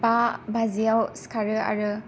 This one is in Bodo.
बा बाजियाव सिखारो आरो